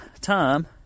time